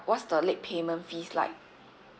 what's the late payment fees like